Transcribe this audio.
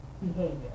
behavior